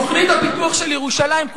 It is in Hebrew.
תוכנית הפיתוח של ירושלים,